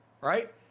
right